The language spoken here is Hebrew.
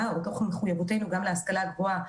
ומתוך מחויבותנו גם להשכלה הגבוהה,